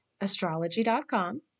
astrology.com